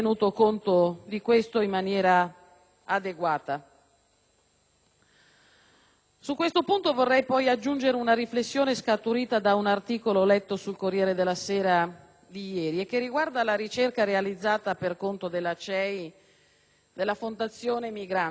Su questo punto vorrei poi aggiungere una riflessione scaturita da un articolo letto sul "Corriere della sera" di ieri che riguarda la ricerca realizzata dalla Fondazione Migrantes della Conferenza episcopale italiana da cui risulta che i nomadi